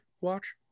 watch